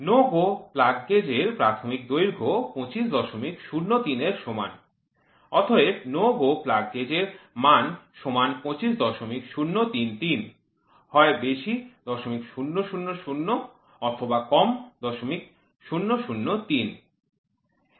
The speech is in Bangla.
NO GO plug gauge এর প্রাথমিক দৈর্ঘ্য ২৫০৩০ এর সমান অতএব NO GO plug gauge এর মান সমান ২৫০৩৩ হয় বেশি ০০০০ অথবা কম ০০০৩